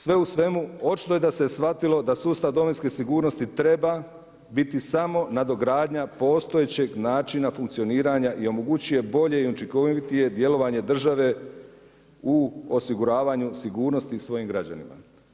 Sve u svemu očito je da se shvatilo da sustav domovinske sigurnosti treba biti samo nadogradnja postojećeg načina funkcioniranja i omogućuje bolje i učinkovitije djelovanje države u osiguravanju sigurnosti svojim građanima.